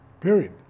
Period